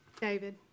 David